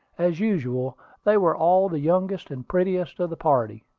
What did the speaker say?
as usual they were all the youngest and prettiest of the party.